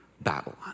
Babylon